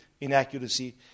inaccuracy